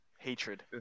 hatred